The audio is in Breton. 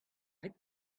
rit